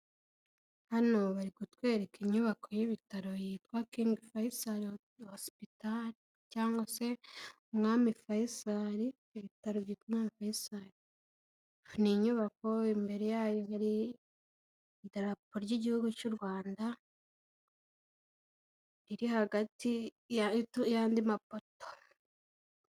Hano bari kutwereka inyubako y'ibitaro yitwa King Faisal Hospital cyangwa se umwami Faisal; ibitaro bikorera Faisal. Ni inyubako imbere yayo hari idarapo ry'igihugu cy'u Rwanda, riri hagati y' andi mapoto.